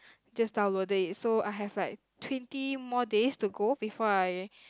just downloaded it so I have like twenty more days to go before I